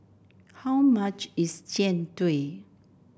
how much is Jian Dui